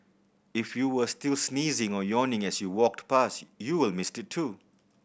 if you were still sneezing or yawning as you walked past you will miss it too